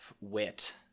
wit